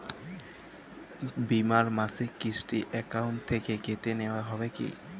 বিমার মাসিক কিস্তি অ্যাকাউন্ট থেকে কেটে নেওয়া হবে কি?